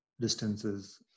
distances